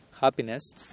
happiness